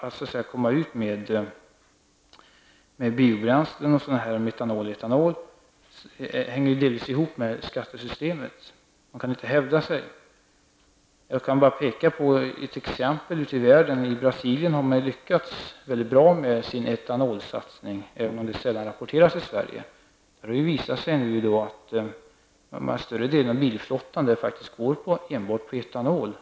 Möjligheterna att nå ut med biobränslen, med metanol och etanol, hänger delvis ihop med skattesystemet, med svårigheterna att hävda sig. Jag kan peka på ett exempel. I Brasilien har man lyckats mycket bra med sin etanolsatsning, även om detta sällan rapporteras i Sverige. Det visar sig nu att större delen av deras bilflotta faktiskt går enbart på etanol.